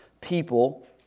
people